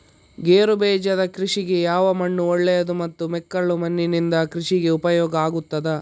ಗೇರುಬೀಜದ ಕೃಷಿಗೆ ಯಾವ ಮಣ್ಣು ಒಳ್ಳೆಯದು ಮತ್ತು ಮೆಕ್ಕಲು ಮಣ್ಣಿನಿಂದ ಕೃಷಿಗೆ ಉಪಯೋಗ ಆಗುತ್ತದಾ?